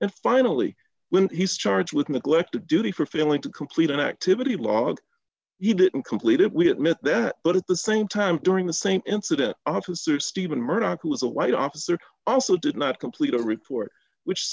and finally when he's charged with neglect of duty for failing to complete an activity log you didn't complete it we admit that but at the same time during the same incident officer stephen murdoch who was a white officer also did not complete a report which